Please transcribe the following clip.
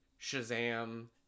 Shazam